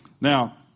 Now